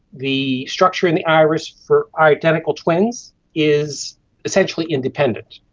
the structure in the iris for identical twins is essentially independent.